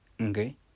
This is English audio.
Okay